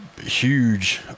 huge